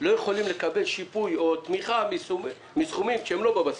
לא יכולים לקבל שיפוי או תמיכה מסכומים שהם לא בבסיס.